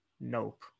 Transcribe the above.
Nope